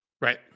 Right